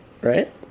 right